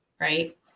Right